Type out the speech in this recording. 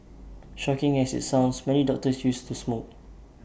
shocking as IT sounds many doctors used to smoke